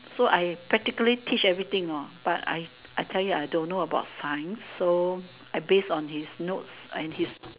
so I practically teach everything you know but I I tell you I don't know about science so I base on his notes and his